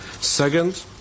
Second